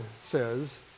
says